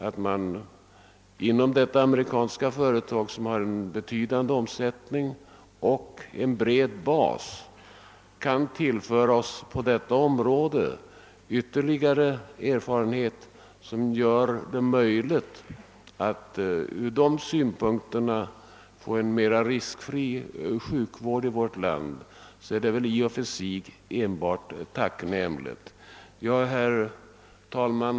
Att det amerikanska företaget, som har en betydande omsättning och en bred bas, kan tillföra oss ytterligare erfarenhet på detta område, så att sjukvården i vårt land i detta avseende kan bli mer riskfri, är enbart tacknämligt. Herr talman!